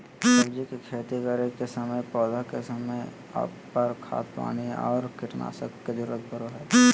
सब्जी के खेती करै समय पौधा के समय पर, खाद पानी और कीटनाशक के जरूरत परो हइ